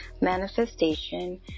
manifestation